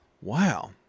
Wow